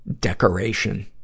decoration